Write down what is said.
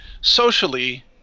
socially